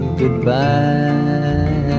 goodbye